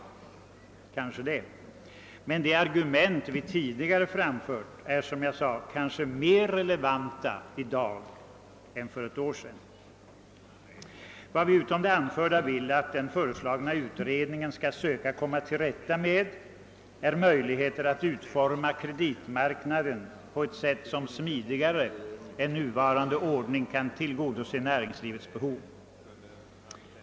Det kanske kan vara riktigt, men de argument som vi tidigare framfört är, som jag nyss sade, kanske mer relevanta i dag än för ett år sedan. Vad vi utom det anförda vill att den föreslagna utredningen skall söka komma till rätta med är möjligheter att utforma kreditmarknaden på sätt som smidigare än nuvarande ordning kan tillgodose näringslivets behov.